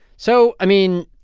so i mean,